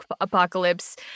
apocalypse